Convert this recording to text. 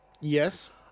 Yes